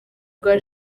rwa